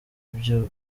byo